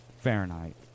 Fahrenheit